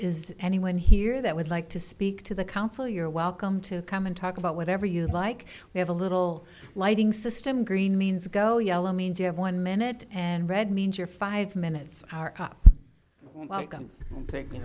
is anyone here that would like to speak to the council you're welcome to come and talk about whatever you like we have a little lighting system green means go yellow means you have one minute and red means you're five minutes